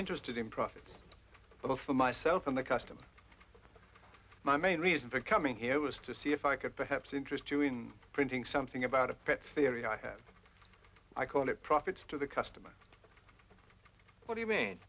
interested in profits but for myself and the custom my main reason for coming here was to see if i could perhaps interest too in printing something about a pet theory i have i call it profits to the customer what you mean